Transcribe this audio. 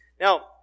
Now